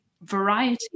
variety